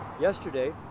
yesterday